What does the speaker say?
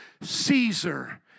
Caesar